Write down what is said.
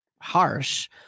harsh